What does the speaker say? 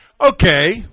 Okay